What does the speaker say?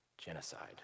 Genocide